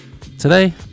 Today